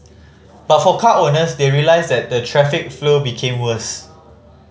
but for car owners they realised that the traffic flow became worse